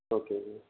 ஓகேங்க